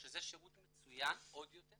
שזה שירות מצוין עוד יותר,